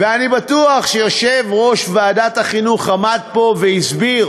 ואני בטוח שכשיושב-ראש ועדת החינוך עמד פה והסביר